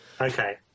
Okay